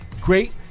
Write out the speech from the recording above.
great